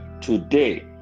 Today